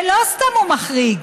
ולא סתם הוא מחריג,